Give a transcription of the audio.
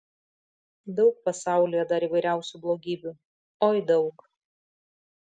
daug pasaulyje dar įvairiausių blogybių oi daug